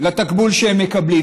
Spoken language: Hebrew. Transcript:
לתקבול שהם מקבלים.